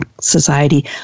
society